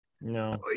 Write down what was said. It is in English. no